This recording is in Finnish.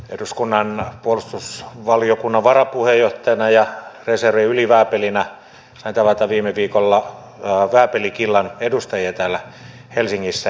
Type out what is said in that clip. eduskunnan puolustusvaliokunnan varapuheenjohtajana ja reservin ylivääpelinä sain tavata viime viikolla vääpelikillan edustajia täällä helsingissä